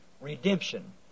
redemption